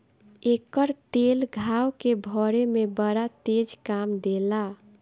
एकर तेल घाव के भरे में बड़ा तेज काम देला